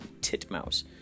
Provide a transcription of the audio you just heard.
Titmouse